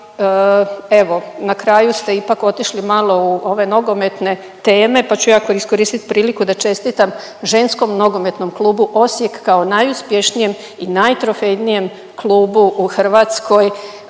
na kraju ste ipak otišli malo u ove nogometne teme, pa ću ja iskoristit priliku da čestitam ženskom NK Osijek kao najuspješnijem i najtrofejnijem klubu u Hrvatskoj,